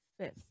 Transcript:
Fifth